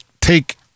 take